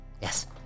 Yes